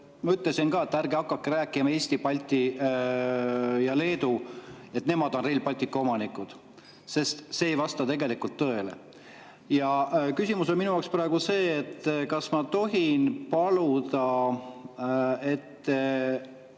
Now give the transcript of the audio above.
Kallasele, et ärge hakake rääkima, et Eesti, [Läti] ja Leedu, et nemad on Rail Balticu omanikud, sest see ei vasta tegelikult tõele. Ja küsimus on minu jaoks praegu see: kas ma tohin paluda,